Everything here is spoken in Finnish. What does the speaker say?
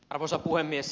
arvoisa puhemies